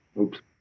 Oops